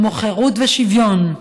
כמו חירות ושוויון,